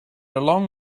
along